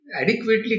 adequately